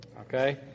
okay